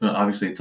obviously,